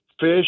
fish